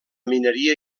mineria